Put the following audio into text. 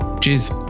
cheers